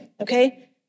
okay